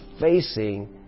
facing